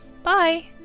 Bye